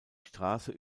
straße